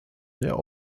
der